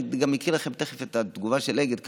אני גם אקריא לכם תכף את התגובה של אגד,